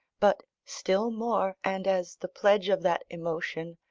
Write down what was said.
but still more, and as the pledge of that emotion,